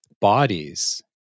bodies